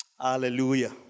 Hallelujah